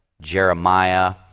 Jeremiah